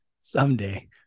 Someday